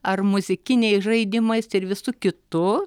ar muzikiniais žaidimais ir visu kitu